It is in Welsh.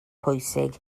pwysig